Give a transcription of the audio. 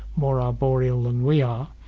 more arboreal than we are,